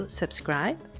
subscribe